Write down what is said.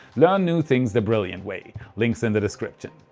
learn new things the brilliant way. link is in the description!